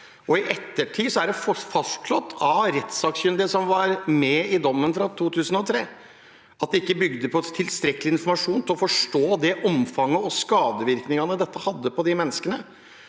I ettertid er det fastslått av rettssakkyndig at dommen fra 2003 ikke bygde på tilstrekkelig informasjon til å forstå det omfanget og de skadevirkningene dette hadde på disse menneskene.